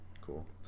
Cool